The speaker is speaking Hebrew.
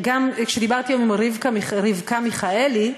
כשדיברתי עם רבקה מיכאלי,